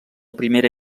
primera